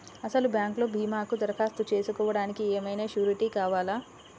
అసలు బ్యాంక్లో భీమాకు దరఖాస్తు చేసుకోవడానికి ఏమయినా సూరీటీ కావాలా?